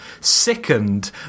sickened